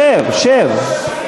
שב, שב.